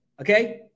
okay